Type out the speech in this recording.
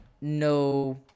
no